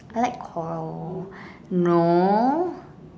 I like coral no